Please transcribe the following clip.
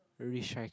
recycle